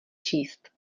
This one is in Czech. číst